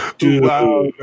Wow